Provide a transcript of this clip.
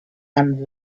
and